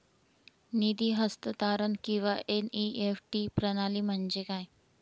निधी हस्तांतरण किंवा एन.ई.एफ.टी प्रणाली म्हणजे काय?